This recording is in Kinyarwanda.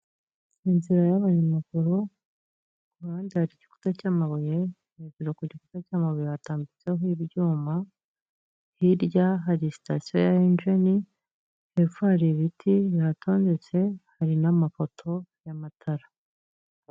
Inzira ya'abanyamaguru, ku ruhande hari igikuta cy'amabuye, hejuru ku gikumbe cy'amabuye hatambitseho ibyuma, hirya hari sitasiyo ya Enjeni, hepfo hari ibiti bihatondetse, hari n'amapoto ya matara.